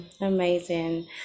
amazing